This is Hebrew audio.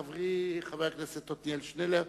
חברי עתניאל שנלר,